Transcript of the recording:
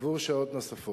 עבור שעות נוספות.